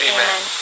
Amen